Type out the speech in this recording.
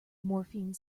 morphine